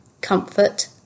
comfort